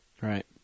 Right